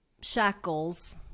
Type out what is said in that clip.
shackles